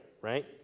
right